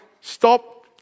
stop